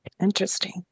interesting